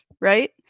right